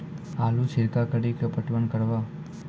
आलू छिरका कड़ी के पटवन करवा?